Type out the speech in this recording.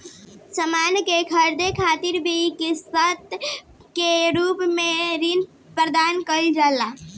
सामान के ख़रीदे खातिर भी किस्त के रूप में ऋण प्रदान कईल जाता